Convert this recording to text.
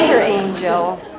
Angel